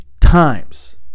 times